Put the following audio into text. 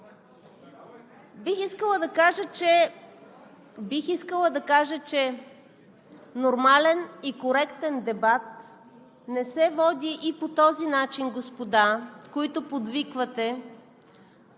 Бих искала да кажа, че нормален и коректен дебат не се води по този начин, господа, които подвиквате